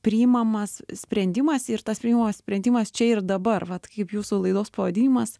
priimamas sprendimas ir tas priimamas sprendimas čia ir dabar vat kaip jūsų laidos pavadinimas